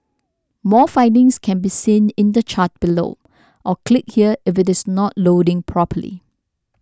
more findings can be seen in the chart below or click here if it is not loading properly